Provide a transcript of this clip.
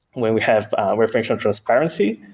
when we have referential transparency,